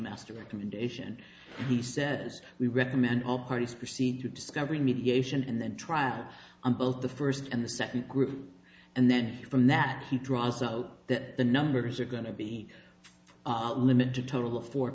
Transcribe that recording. master recommendation he says we recommend all parties proceed to discovery mediation and then trial on both the first and the second group and then from that he draws out that the numbers are going to be limited to a total of four